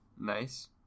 nice